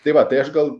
tai va tai aš gal